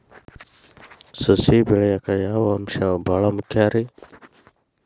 ಸಸಿ ಬೆಳೆಯಾಕ್ ಯಾವ ಅಂಶ ಭಾಳ ಮುಖ್ಯ ರೇ?